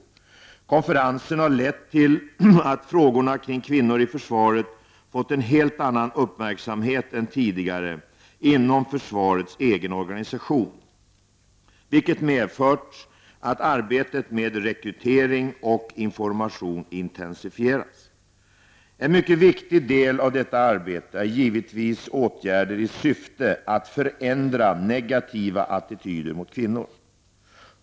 Konferensen har lett till att frågorna kring kvinnor i försvaret fått en helt annan uppmärksamhet än tidigare inom försvarets egen organisation, vilket medfört att arbetet med rekrytering och information intensifierats. En mycket viktig del av detta arbete är givetvis åtgärder i syfte att förändra negativa attityder mot kvinnor.